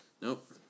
nope